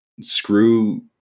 screw